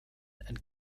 and